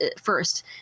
first